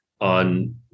on